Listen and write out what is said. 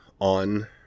on